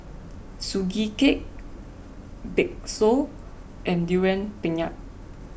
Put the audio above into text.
Sugee Cake Bakso and Durian Pengat